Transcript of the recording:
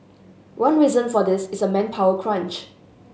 one reason for this is a manpower crunch